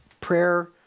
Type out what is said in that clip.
Prayer